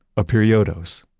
a periodos,